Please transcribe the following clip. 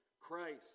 Christ